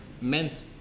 meant